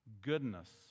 goodness